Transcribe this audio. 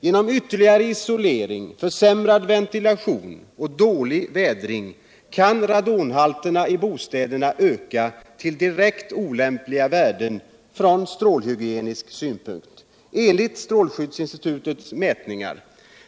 Genom ytterligare isolering, försämrad ventilation och dålig vädring kan radonhalterna i bostäderna öka till direkt olämpliga värden från strålningshygienisk synpunkt, enligt strålskyddsinstitutets mätningar.